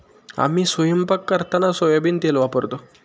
आम्ही स्वयंपाक करताना सोयाबीन तेल वापरतो